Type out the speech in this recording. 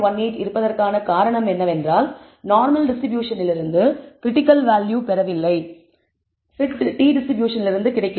18 இருப்பதற்கான காரணம் என்னவென்றால் நார்மல் டிஸ்ட்ரிபியூஷனிலிருந்து க்ரிட்டிக்கல் வேல்யூ பெறவில்லை t டிஸ்ட்ரிபியூஷனிலிருந்து கிடைக்கிறது